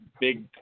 big